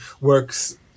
works